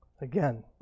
Again